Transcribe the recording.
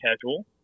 casual